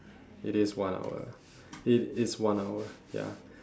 it is one hour it it is one hour ya